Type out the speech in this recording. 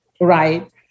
right